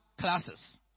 classes